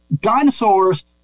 Dinosaurs